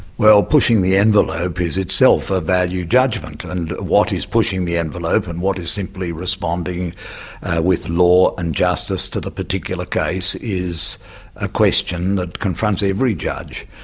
well pushing the envelope is itself a value judgment, and what is pushing the envelope and what is simply responding with law and justice to the particular case is a question that confronts every judge.